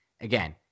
again